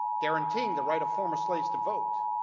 guaranteeing the right of former slaves to vote,